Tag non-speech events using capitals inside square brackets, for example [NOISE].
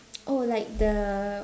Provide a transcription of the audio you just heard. [NOISE] oh like the